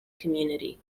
community